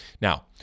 Now